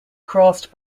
crossed